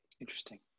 Interesting